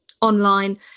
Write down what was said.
online